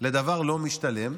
לדבר לא משתלם,